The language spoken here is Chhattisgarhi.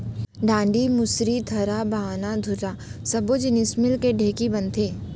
डांड़ी, मुसरी, थरा, बाहना, धुरा सब्बो जिनिस मिलके ढेंकी बनथे